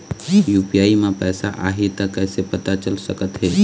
UPI म पैसा आही त कइसे पता चल सकत हे?